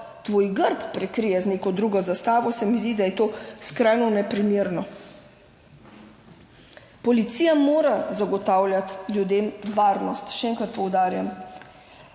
tvoj grb prekrije z neko drugo zastavo, se mi zdi, da je to skrajno neprimerno. Policija mora zagotavljati ljudem varnost, še enkrat poudarjam.